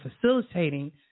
facilitating